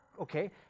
Okay